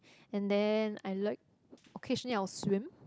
and then I like occasionally I will swim